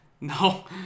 No